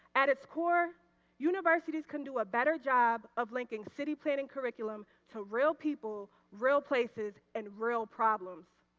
at a score universities can do a better job of linking city planner curriculums to real people, real places and real problems.